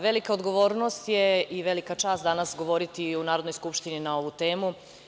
Velika odgovornost je, i velika čast danas govoriti i u Narodnoj skupštini na ovu temu.